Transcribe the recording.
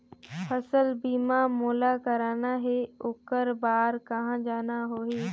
फसल बीमा मोला करना हे ओकर बार कहा जाना होही?